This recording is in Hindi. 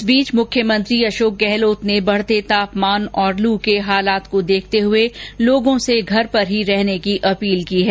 इस बीच मुख्यमंत्री अशोक गहलोत ने बढते तापमान और लू के हालात को देखते हुए लोगों से घर में ही रहने की अपील की है